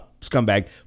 Scumbag